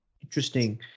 Interesting